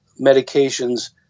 medications